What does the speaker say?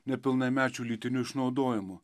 nepilnamečių lytiniu išnaudojimu